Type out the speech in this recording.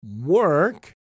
work